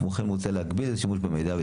כמו כן, מוצע להגביל את השימוש במידע.